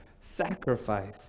sacrifice